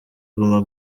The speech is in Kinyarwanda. guma